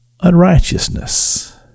unrighteousness